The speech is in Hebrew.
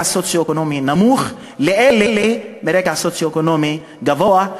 מרקע סוציו-אקונומי נמוך לאלה מרקע סוציו-אקונומי גבוה,